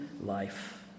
life